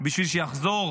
בשביל שיחזור